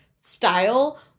style